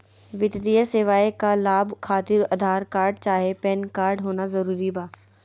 वित्तीय सेवाएं का लाभ खातिर आधार कार्ड चाहे पैन कार्ड होना जरूरी बा?